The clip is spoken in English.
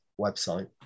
website